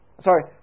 Sorry